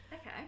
Okay